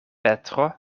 petro